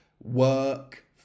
work